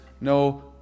no